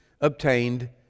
obtained